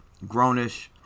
grownish